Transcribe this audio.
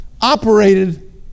operated